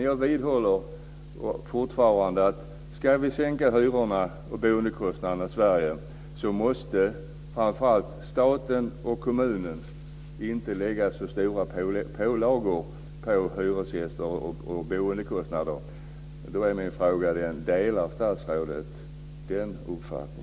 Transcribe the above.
Jag vidhåller fortfarande att om hyrorna och boendekostnaderna i Sverige ska sänkas, får staten och kommunen inte lägga så stora pålagor på hyresgästernas boendekostnader. Delar statsrådet den uppfattningen?